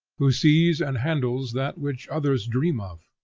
who sees and handles that which others dream of,